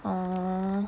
oh